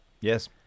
Yes